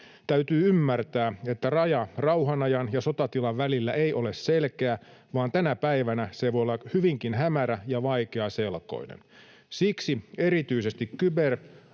Täytyy ymmärtää, että raja rauhanajan ja sotatilan välillä ei ole selkeä, vaan tänä päivänä se voi olla hyvinkin hämärä ja vaikeaselkoinen. Siksi erityisesti kyber-,